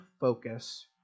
focus